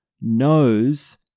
knows